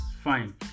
fine